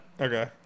Okay